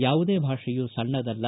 ಯಾವುದೇ ಭಾಷೆಯೂ ಸಣ್ಣದಲ್ಲ